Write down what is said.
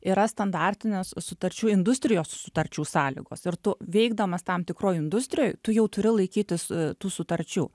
yra standartinės sutarčių industrijos sutarčių sąlygos ir tu veikdamas tam tikroj industrijoj tu jau turi laikytis tų sutarčių